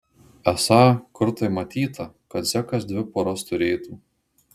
esą kur tai matyta kad zekas dvi poras turėtų